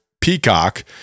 Peacock